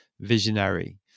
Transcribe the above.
visionary